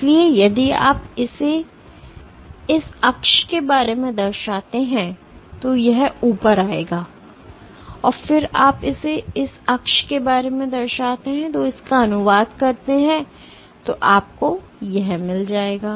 इसलिए यदि आप इसे इस अक्ष के बारे में दर्शाते हैं तो यह ऊपर आएगा और फिर आप इसे उस अक्ष के बारे में दर्शाते हैं और इसका अनुवाद करते हैं तो आपको यह मिल जाएगा